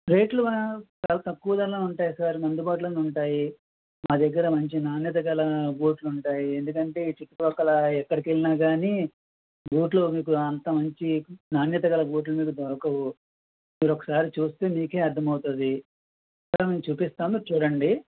రేట్లు చాలా తక్కువ ధరలోనే ఉంటాయి సార్ అందుబాటు లోనే ఉంటాయి మా దగ్గర మంచి నాణ్యత గల బూట్లు ఉంటాయి ఎందుకంటే ఈ చుట్టుపక్కల ఎక్కడికి వెళ్లినా కాని బూట్లు మీకు అంత మంచి నాణ్యత గల బూట్లు మీకు దొరకవు మీరు ఒకసారి చూస్తే మీకే అర్ధం అవుతుంది సార్ మేము చూపిస్తాం మీరు చూడండి